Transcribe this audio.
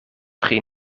pri